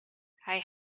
hij